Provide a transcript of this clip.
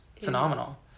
phenomenal